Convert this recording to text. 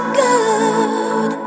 good